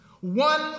one